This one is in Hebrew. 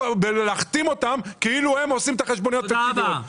להכתים אותם כאילו הם אלה שמייצרים את החשבוניות הפיקטיביות.